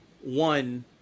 one